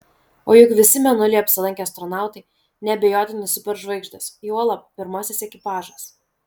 o juk visi mėnulyje apsilankę astronautai neabejotinai superžvaigždės juolab pirmasis ekipažas